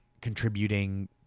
contributing